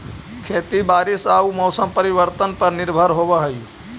खेती बारिश आऊ मौसम परिवर्तन पर निर्भर होव हई